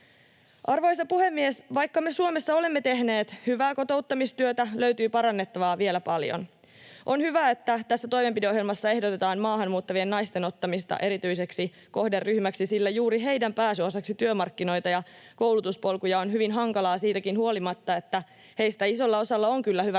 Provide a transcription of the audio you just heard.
Arvoisa puhemies! Vaikka me Suomessa olemme tehneet hyvää kotouttamistyötä, löytyy parannettavaa vielä paljon. On hyvä, että tässä toimenpideohjelmassa ehdotetaan maahan muuttavien naisten ottamista erityiseksi kohderyhmäksi, sillä juuri heidän pääsynsä osaksi työmarkkinoita ja koulutuspolkuja on hyvin hankalaa siitäkin huolimatta, että heistä isolla osalla on kyllä hyvä koulutus